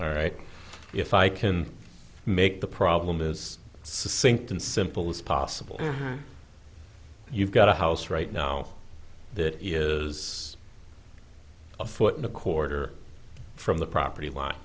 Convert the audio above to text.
all right if i can make the problem is sinked and simple as possible you've got a house right now that years a foot and a quarter from the property line